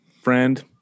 friend